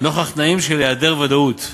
נוכח תנאים של היעדר ודאות.